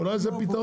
אולי זה הפתרון,